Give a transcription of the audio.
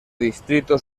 distrito